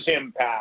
impact